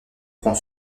prend